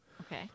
Okay